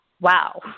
wow